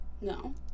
No